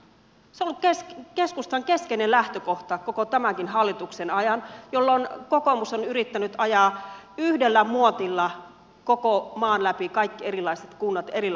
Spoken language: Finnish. se on ollut keskustan keskeinen lähtökohta koko tämänkin hallituksen ajan jolloin kokoomus on yrittänyt ajaa yhden muotin läpi koko maan kaikki erilaiset kunnat erilaiset alueet